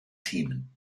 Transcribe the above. themen